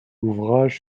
ouvrages